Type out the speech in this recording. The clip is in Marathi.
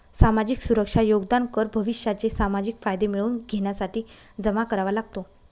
सामाजिक सुरक्षा योगदान कर भविष्याचे सामाजिक फायदे मिळवून घेण्यासाठी जमा करावा लागतो